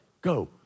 go